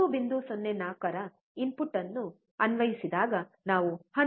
04 ರ ಇನ್ಪುಟ್ ಅನ್ನು ಅನ್ವಯಿಸಿದಾಗ ನಾವು 12